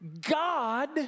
God